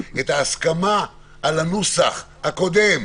את ההסכמה על הנוסח הקודם,